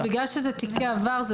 בגלל שאלה תיקי עבר,